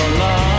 love